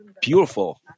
beautiful